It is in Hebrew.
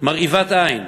מרהיבת עין.